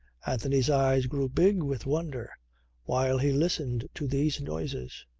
anthony's eyes grew big with wonder while he listened to these noises.